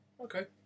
Okay